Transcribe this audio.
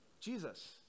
Jesus